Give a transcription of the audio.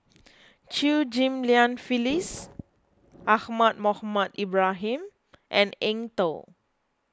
Chew Ghim Lian Phyllis Ahmad Mohamed Ibrahim and Eng Tow